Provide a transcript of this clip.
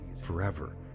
forever